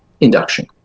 induction